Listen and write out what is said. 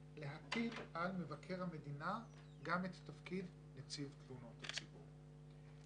להטיל על מבקר המדינה גם את תפקיד נציב תלונות הציבור.